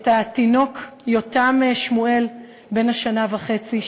את התינוק יותם שמואל בן השנה וחצי,